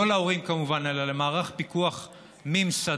לא להורים כמובן אלא למערך פיקוח ממסדי,